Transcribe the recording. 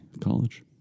college